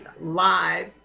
live